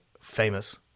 famous